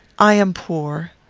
i am poor.